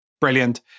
Brilliant